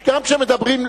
גם כשמדברים,